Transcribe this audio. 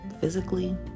physically